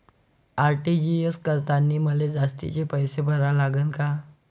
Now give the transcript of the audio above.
RTGS करतांनी मले जास्तीचे पैसे भरा लागन का?